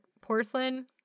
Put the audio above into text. porcelain